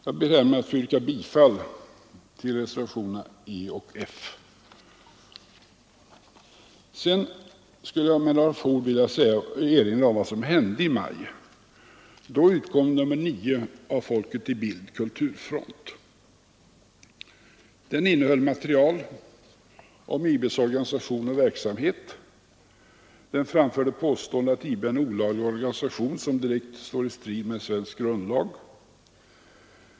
Jag ber härmed att få yrka bifall till reservationerna E och F. Sedan skulle jag med några få ord vilja erinra om vad som hände i maj. Då utkom nr 9 av Folket i Bild/Kulturfront. Tidskriften innehöll material om IB:s organisation och verksamhet. I den framfördes påståendet att ”IB är en olaglig organisation vars verksamhet står i strid med svensk grundlag”.